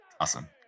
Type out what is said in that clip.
Awesome